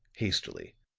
hastily.